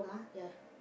ya